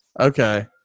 Okay